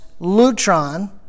Lutron